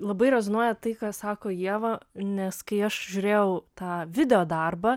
labai rezonuoja tai ką sako ieva nes kai aš žiūrėjau tą videodarbą